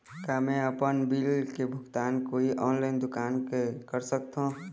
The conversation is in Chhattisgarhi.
का मैं आपमन बिल के भुगतान कोई ऑनलाइन दुकान कर सकथों?